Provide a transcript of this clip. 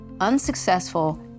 unsuccessful